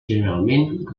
generalment